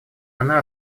она